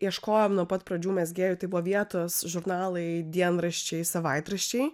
ieškojom nuo pat pradžių mezgėjų tai buvo vietos žurnalai dienraščiai savaitraščiai